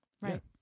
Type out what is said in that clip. Right